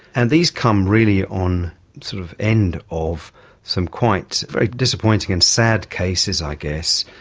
and these come really on sort of end of some quite very disappointing and sad cases i guess,